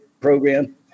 program